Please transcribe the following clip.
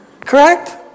Correct